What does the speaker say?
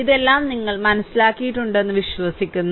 ഇതെല്ലാം നിങ്ങൾ മനസ്സിലാക്കിയിട്ടുണ്ടെന്ന് വിശ്വസിക്കുന്നു